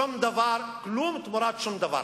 שום דבר, כלום, תמורת שום דבר.